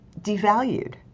devalued